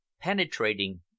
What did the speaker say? Penetrating